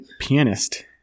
pianist